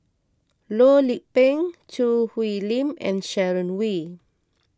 Loh Lik Peng Choo Hwee Lim and Sharon Wee